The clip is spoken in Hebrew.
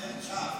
סר צ'ארלס.